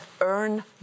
earn